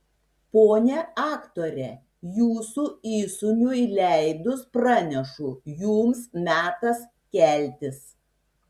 ponia aktore jūsų įsūniui leidus pranešu jums metas keltis